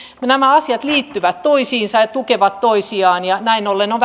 nämä asiat liittyvät toisiinsa ja tukevat toisiaan ja näin ollen on